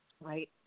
right